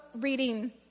Reading